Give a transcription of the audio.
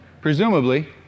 presumably